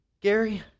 Gary